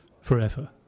forever